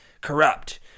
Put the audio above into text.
corrupt